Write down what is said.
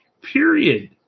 Period